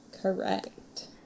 Correct